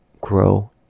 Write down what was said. grow